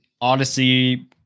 Odyssey